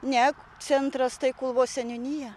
ne centras tai kulvos seniūnija